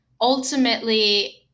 ultimately